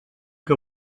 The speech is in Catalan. que